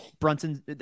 Brunson